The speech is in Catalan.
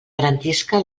garantisca